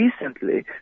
recently